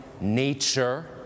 nature